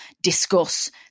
discuss